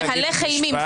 אתה מהלך אימים.